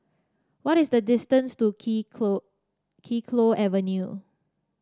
what is the distance to Kee Kee Avenue